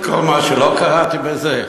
כל מה שלא קראתי בזה?